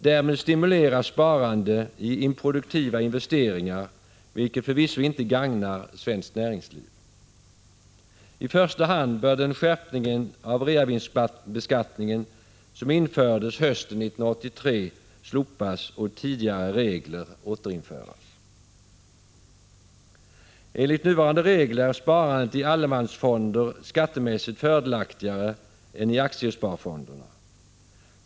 Därmed stimuleras sparande i improduktiva investeringar, vilket förvisso inte gagnar svenskt näringsliv. I första hand bör den skärpning av reavinstbeskattningen som infördes hösten 1983 slopas och tidigare regler återinföras. Enligt nuvarande regler är sparandet i allemansfonder skattemässigt fördelaktigare än i aktiesparfonderna.